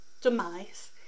demise